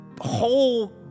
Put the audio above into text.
whole